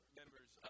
members